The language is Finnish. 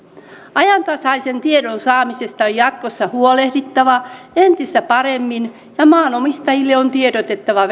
ajantasaisen tiedon saamisesta on jatkossa huolehdittava entistä paremmin ja maanomistajille on tiedotettava